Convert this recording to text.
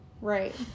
Right